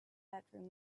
bedroom